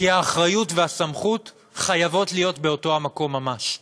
כי האחריות והסמכות חייבות להיות באותו המקום ממש.